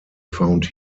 found